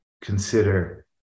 consider